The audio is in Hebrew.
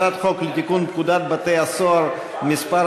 הצעת